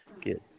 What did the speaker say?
Good